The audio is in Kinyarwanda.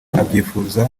abyifuza